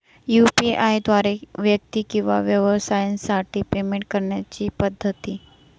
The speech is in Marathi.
यू.पी.आय द्वारे व्यक्ती किंवा व्यवसायांसाठी पेमेंट करण्याच्या पद्धती